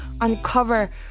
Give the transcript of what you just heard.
uncover